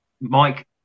Mike